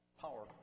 Power